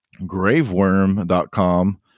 graveworm.com